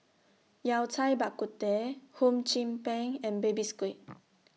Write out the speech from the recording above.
Yao Cai Bak Kut Teh Hum Chim Peng and Baby Squid